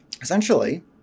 essentially